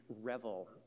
revel